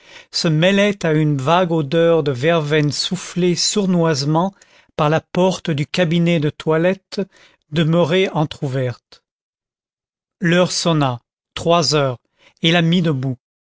se mêlait à une vague odeur de verveine soufflée sournoisement par la porte du cabinet de toilette demeurée entr'ouverte l'heure sonna trois heures et la mit debout